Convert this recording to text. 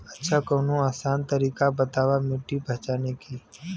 अच्छा कवनो आसान तरीका बतावा मिट्टी पहचाने की?